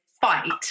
fight